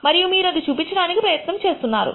మరియు మీరు అదే చూపించడానికి ప్రయత్నం చేస్తున్నారు